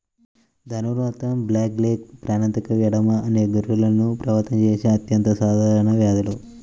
ధనుర్వాతం, బ్లాక్లెగ్, ప్రాణాంతక ఎడెమా అనేవి గొర్రెలను ప్రభావితం చేసే అత్యంత సాధారణ వ్యాధులు